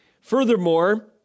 Furthermore